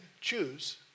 choose